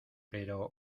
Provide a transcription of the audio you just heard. pero